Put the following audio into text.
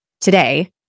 today